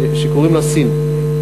שקוראים לה סין.